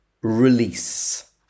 release